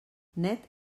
net